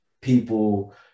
people